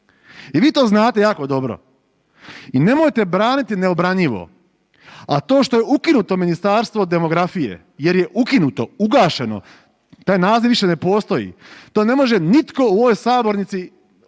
I vi to znate jako dobro i nemojte braniti neobranjivo. A to što je ukinuto Ministarstvo demografije, jer je ukinuto, ugašeno, taj naziv više ne postoji. To ne može nitko u ovoj sabornici znači